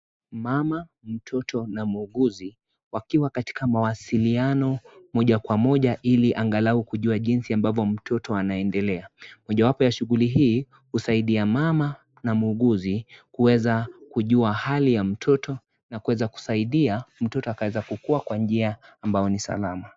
Mama, mtoto na muuguzi, wakiwa katika mawasiliano moja kwa moja ili angalau kujua jinsi mtoto anavyoendelea, mojawapo ya shughuli hii husaidia mama na muuguzi kuweza kujua hali ya mtoto na kuweza kusaidia mtoto akaeza kukua kwa njia ambayo ni salama.